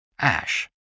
ash